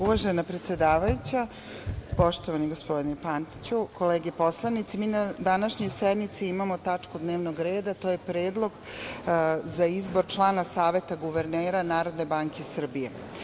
Uvažena predsedavajuća, poštovani gospodine Pantiću, kolege poslanici, mi na današnjoj sednici imamo tačku dnevnog reda, a to je – Predlog za izbor člana Saveta guvernera Narodne banke Srbije.